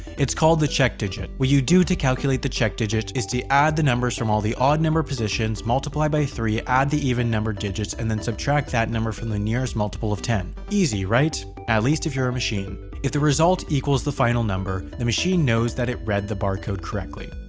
it's called the check digit. what you do to calculate the check digit is to add the numbers from all the odd-numbered positions, multiply by three, add all the even numbered digits, and then subtract that number from the nearest multiple of ten. easy, right? at least if you're a machine. if the result equals the final number, the machine knows that it read the barcode correctly.